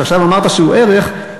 שעכשיו אמרת שהוא ערך,